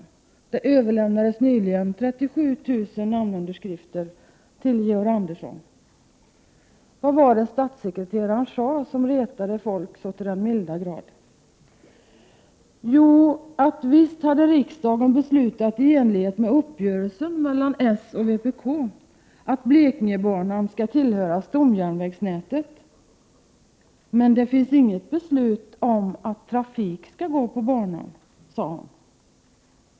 Nyligen överlämnades 37 000 namnunderskrifter till Georg Andersson. Vad var det som statssekreteraren sade och som retade folk så till den milda grad? Jo: Visst hade riksdagen beslutat i enlighet med uppgörelsen mellan s och vpk att Blekinge kustbana skall tillhöra stomjärnvägsnätet, men det finns inget beslut om att banan skall vara trafikerad, sade hon.